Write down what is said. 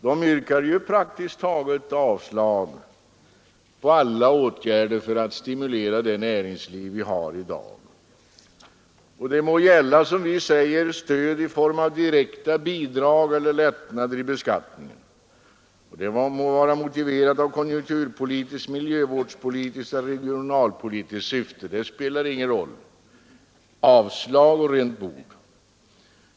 De yrkar avslag på praktiskt taget alla åtgärder för att stimulera det näringsliv vi har i dag. De må gälla — som vi säger — stöd i form av direkta bidrag eller lättnader i beskattningen och stödet må ha konjunkturpolitiskt, miljövårdspolitiskt eller regionalpolitiskt syfte — det spelar ingen roll. Avslag och rent bord!